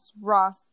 Ross